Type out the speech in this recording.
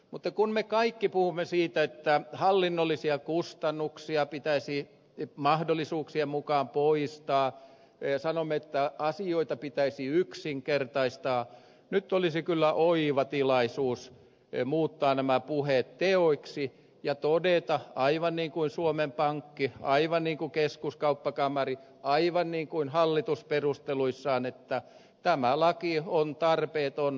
mutta kun me kaikki puhumme siitä että hallinnollisia kustannuksia pitäisi mahdollisuuksien mukaan poistaa sanomme että asioita pitäisi yksinkertaistaa nyt olisi kyllä oiva tilaisuus muuttaa nämä puheet teoiksi ja todeta aivan niin kuin suomen pankki aivan niin kuin keskuskauppakamari aivan niin kuin hallitus perusteluissaan että tämä laki on tarpeeton